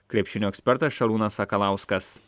krepšinio ekspertas šarūnas sakalauskas